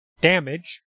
damage